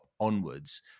onwards